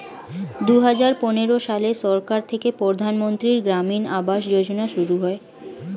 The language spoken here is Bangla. দুহাজার পনেরো সালে সরকার থেকে প্রধানমন্ত্রী গ্রামীণ আবাস যোজনা শুরু হয়